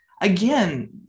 again